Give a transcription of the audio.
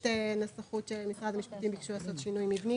הנסחות של משרד המשפטים ביקשו לעשות שינוי מבני.